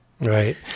Right